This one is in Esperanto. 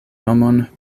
nomon